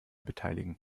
beteiligen